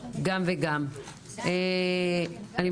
את אישה מספיק בוגרת ואת הגעת כאן כדי להשמיע את העמדה שלך,